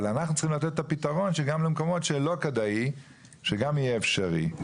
אבל אנחנו צריכים לתת את הפתרון שגם במקומות שלא כדאי שגם יהיה אפשרי.